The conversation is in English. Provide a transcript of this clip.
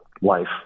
life